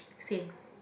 same